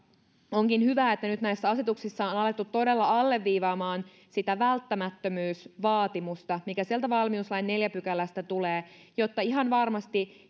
onkin hyvä että nyt näissä asetuksissa on alettu todella alleviivaamaan sitä välttämättömyysvaatimusta mikä sieltä valmiuslain neljännestä pykälästä tulee jotta ihan varmasti